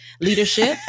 leadership